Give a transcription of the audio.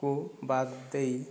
କୁ ବାଦ ଦେଇ